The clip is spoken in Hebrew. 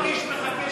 יואב קיש מחכה,